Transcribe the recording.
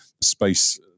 space